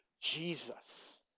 Jesus